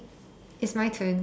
it's my turn